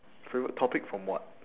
favourite topic from what